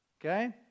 Okay